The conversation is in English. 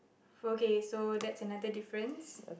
okay so that's another difference